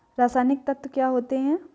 रसायनिक तत्व क्या होते हैं?